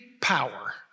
power